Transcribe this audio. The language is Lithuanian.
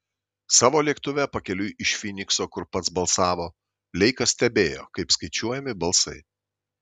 savo lėktuve pakeliui iš fynikso kur pats balsavo leikas stebėjo kaip skaičiuojami balsai